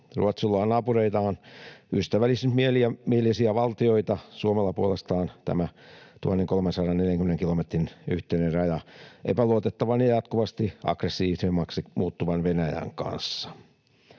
Ruotsilla on naapureinaan ystävällismielisiä valtioita, Suomella puolestaan 1 340 kilometrin yhteinen raja epäluotettavan ja jatkuvasti aggressiivisemmaksi muuttuvan Venäjän kanssa.